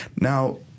Now